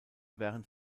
während